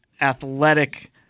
athletic